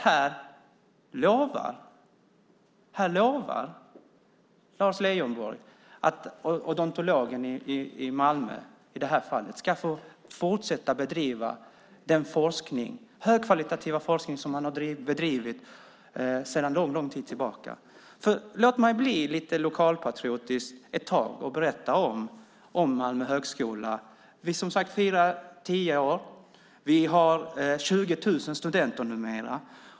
Här lovar Lars Leijonborg att odontologen i Malmö ska få fortsätta att bedriva den högkvalitativa forskning som man har bedrivit sedan lång tid tillbaka. Låt mig bli lite lokalpatriotisk ett tag och berätta om Malmö högskola. Vi firar som sagt tioårsjubileum. Vi har numera 20 000 studenter.